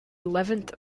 eleventh